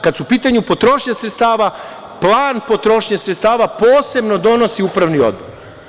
Kad su u pitanju potrošnje sredstava, plan potrošnje sredstava posebno donosi Upravni odbor.